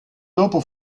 dopo